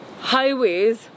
highways